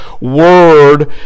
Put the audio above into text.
word